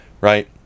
right